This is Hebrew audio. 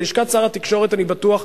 ללשכת שר התקשורת אני בטוח,